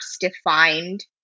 defined